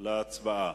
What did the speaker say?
להצבעה.